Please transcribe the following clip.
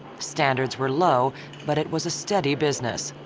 standards were low but it was a steady business.